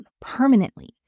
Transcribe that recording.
permanently